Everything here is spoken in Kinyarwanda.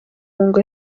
ngo